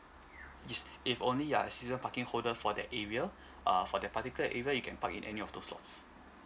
yes if only you're a season parking holder for that area uh for that particular area you can park in any of those lots